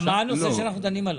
מה הנושא שאנחנו דנים עליו?